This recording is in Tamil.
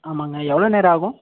ஆமாங்க எவ்வளோ நேரம் ஆகும்